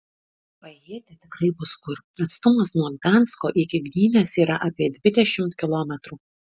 paėjėti tikrai bus kur atstumas nuo gdansko iki gdynės yra apie dvidešimt kilometrų